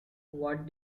what